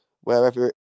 wherever